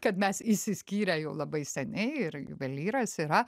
kad mes išsiskyrę jau labai seniai ir juvelyras yra